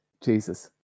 Jesus